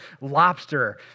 lobster